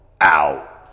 out